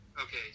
Okay